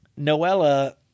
Noella